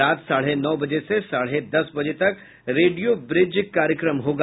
रात साढ़े नौ बजे से साढ़े दस बजे तक रेडियो ब्रिज कार्यक्रम होगा